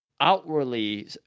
outwardly